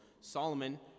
Solomon